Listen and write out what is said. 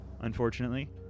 unfortunately